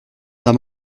d’un